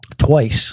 twice